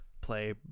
play